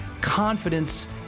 confidence